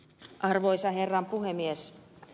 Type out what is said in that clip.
arvoisa herra puhemies